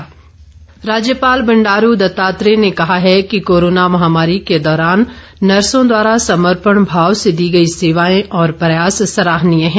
राज्यपाल राज्यपाल बंडारू दत्तात्रेय ने कहा है कि कोरोना महामारी के दौरान नर्सों द्वारा समर्पण भाव से दी गई सेवाएं और प्रयास सराहनीय हैं